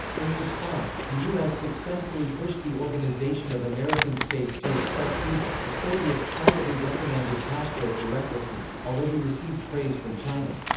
in response, the u s. successfully pushed the organization of american states to expel cuba the soviets privately reprimanded castro for recklessness, although he received praise from china.